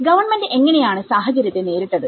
government എങ്ങനെയാണ് സാഹചര്യത്തെ നേരിട്ടത്